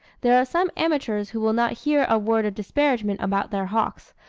there are some amateurs who will not hear a word of disparagement about their hawks,